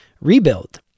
rebuild